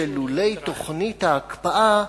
שאילולא תוכנית ההקפאה,